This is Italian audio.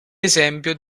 esempio